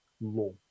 law